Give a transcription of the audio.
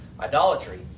Idolatry